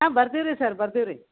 ಹಾಂ ಬರ್ತೀವಿ ರೀ ಸರ್ ಬರ್ತೀವಿ ರೀ